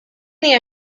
hija